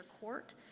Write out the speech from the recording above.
Court